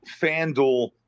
FanDuel